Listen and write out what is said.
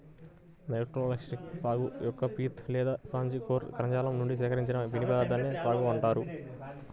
Metroxylon సాగు యొక్క pith లేదా స్పాంజి కోర్ కణజాలం నుండి సేకరించిన పిండి పదార్థాన్నే సాగో అంటారు